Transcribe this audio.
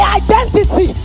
identity